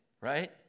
right